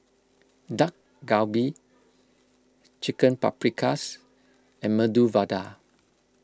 Dak Galbi Chicken Paprikas and Medu Vada